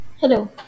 Hello